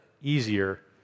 easier